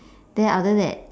then after that